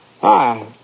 Hi